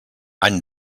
any